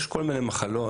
יש כל מיני מחלות,